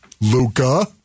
Luca